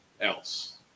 else